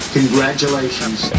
congratulations